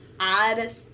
add